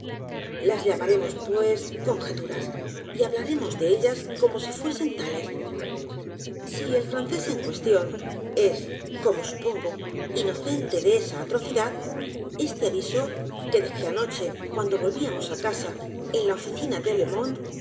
las llamaremos pues conjeturas y hablaremos de ellas como si fuesen tales si el francés en cuestión es como supongo inocente de esa atrocidad este aviso que dejé anoche cuando edgar poe novelas y cuentos volvíamos á casa en la oficina de